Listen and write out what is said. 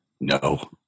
No